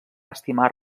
estimar